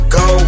go